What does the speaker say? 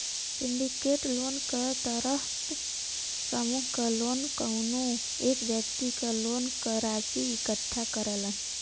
syndicate loan क तहत समूह क लोग कउनो एक व्यक्ति क लोन क राशि इकट्ठा करलन